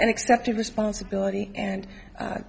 and accepted responsibility and